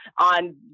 on